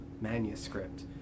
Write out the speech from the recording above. manuscript